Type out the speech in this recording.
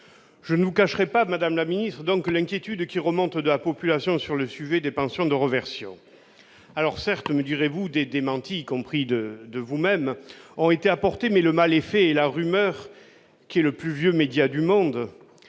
Je ne vous cacherai pas, madame la ministre, l'inquiétude qui remonte de la population sur le sujet des pensions de réversion. Certes, me direz-vous, des démentis ont été apportés, y compris par vous-même, mais le mal est fait : la rumeur, qui est le plus vieux média du monde